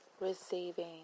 receiving